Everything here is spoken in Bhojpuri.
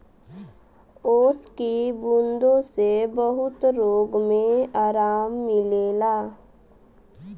ओस की बूँदो से बहुत रोग मे आराम मिलेला